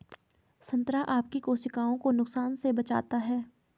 संतरा आपकी कोशिकाओं को नुकसान से बचाता है